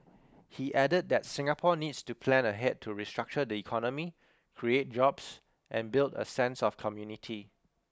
he added that Singapore needs to plan ahead to restructure the economy create jobs and build a sense of community